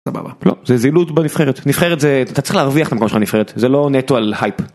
זה זילות בנבחרת. נבחרת זה, אתה צריך להרוויח את המקום שלך בנבחרת. זה לא נטו על הייפ.